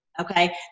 Okay